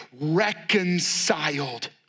reconciled